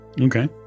Okay